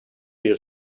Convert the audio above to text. your